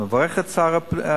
אני מברך את שר השיכון,